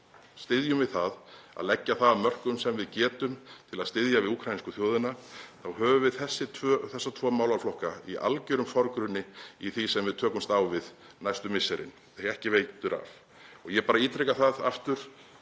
styðjum við það að leggja það af mörkum sem við getum til að styðja við úkraínsku þjóðina, að við höfum þessa tvo málaflokka í algjörum forgrunni í því sem við tökumst á við næstu misserin, því að ekki veitir af. Ég bara ítreka: Gerum